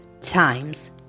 times